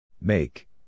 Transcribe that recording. Make